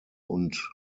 und